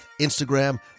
instagram